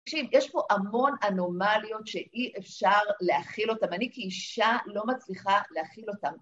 ‫תקשיב, יש פה המון אנומליות ‫שאי אפשר להכיל אותן. ‫אני כאישה לא מצליחה להכיל אותן.